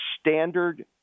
standard